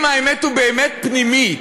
אם האמת היא באמת פנימית,